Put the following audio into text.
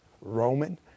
Roman